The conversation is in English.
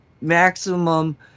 maximum